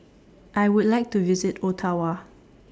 I Would like to visit Ottawa